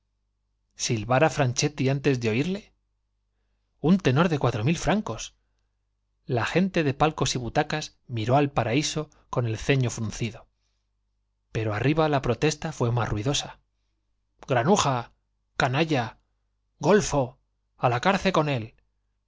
silbar á franchetti antes de oirle i un tenor de cuatro mil francos la gente de palcos y butacas miró al paraíso con el ceño fruncido pero arriba la pro testa fué más ruidosa granuja canalla golfo i a la cárcel con él